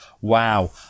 Wow